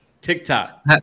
TikTok